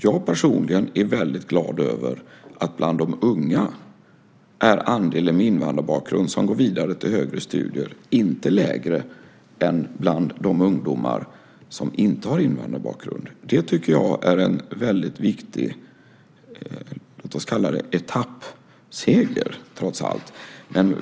Jag personligen är väldigt glad över att bland unga med invandrarbakgrund är andelen som går vidare till högre studier inte lägre än bland de ungdomar som inte har invandrarbakgrund. Det tycker jag trots allt är en väldigt viktig låt oss kalla det etappseger.